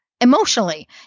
emotionally